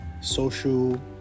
social